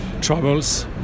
troubles